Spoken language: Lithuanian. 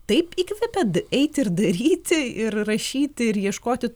taip įkvepia eiti ir daryti ir rašyti ir ieškoti